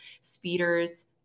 speeders